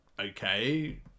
okay